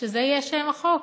שזה יהיה שם החוק: